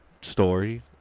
story